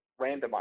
randomized